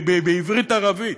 בעברית-ערבית.